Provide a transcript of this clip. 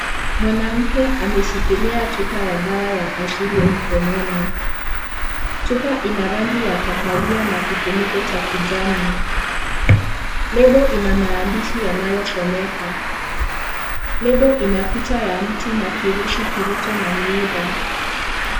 Mwanamke ameshikilia chupa ya dawa ya asili mkononi, chupa ina rangi ya kahawia na kifuniko cha kijani, lebo ina maandishi yanayosomeka lebo ina picha ya mti na kirusi kilicho na miiba.